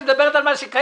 היא מדברת על מה שקיים.